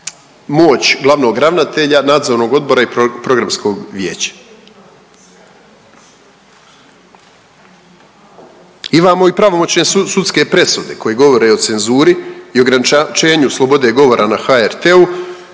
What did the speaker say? moć glavnog ravnatelja, nadzornog odbora i programskog vijeća. Imamo i pravomoćne sudske presude koje govore o cenzuri i ograničenju slobode govora na HRT-u,